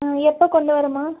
ம் எப்போது கொண்டு வரேம்மா